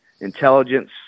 intelligence